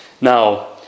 Now